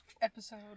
Episode